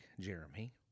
Jeremy